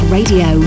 Radio